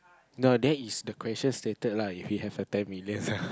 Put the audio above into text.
now that is the question stated lah if you have a ten million lah